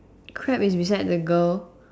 crab is beside the girl